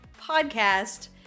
podcast